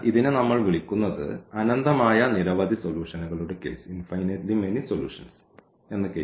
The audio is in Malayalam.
അതിനാൽ ഇതിനെ നമ്മൾ വിളിക്കുന്നത് അനന്തമായ നിരവധി സൊലൂഷന്കളുടെ കേസ് എന്നാണ്